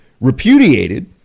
repudiated